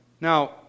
Now